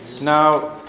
Now